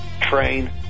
Train